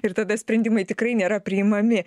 ir tada sprendimai tikrai nėra priimami